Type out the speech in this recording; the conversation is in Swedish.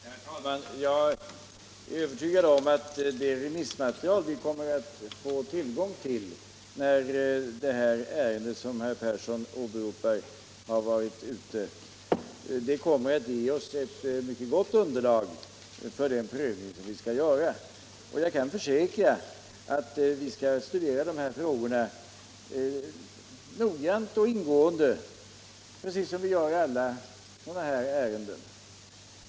Herr talman! Jag är övertygad om att det material vi kommer att få tillgång till när det ärende som herr Persson åberopar har varit ute på remiss kommer att ge oss ett mycket gott underlag för den prövning vi skall göra. Jag kan försäkra att vi skall studera dessa frågor noggrant och ingående, precis som vi gör i alla sådana här ärenden.